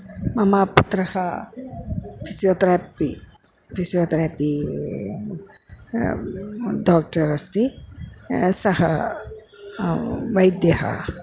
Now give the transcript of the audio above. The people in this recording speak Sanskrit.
मम पुत्रः फ़िसियोथेराप्पि फ़िसियोतेरापी डोक्टर् अस्ति सः वैद्यः